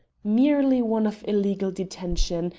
merely one of illegal detention,